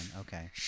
okay